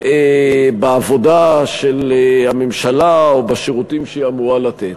בעבודה של הממשלה או בשירותים שהיא אמורה לתת.